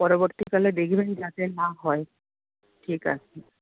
পরবর্তীকালে দেখবেন যাতে না হয় ঠিক আছে